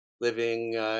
living